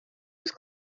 was